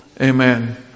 Amen